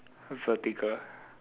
vertical